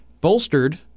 bolstered